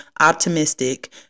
optimistic